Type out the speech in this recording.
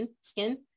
Skin